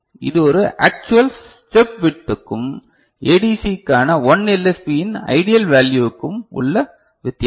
இது ஒரு actual step விட்துக்கும் ADC க்கான 1 LSB இன் ஐடியல் வேல்யூவுக்கும் உள்ள வித்தியாசம்